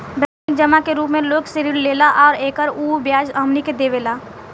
bank जमा के रूप मे लोग से ऋण लेला आ एकर उ ब्याज हमनी के देवेला